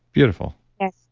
beautiful yes.